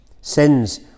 sins